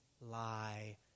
lie